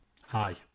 Hi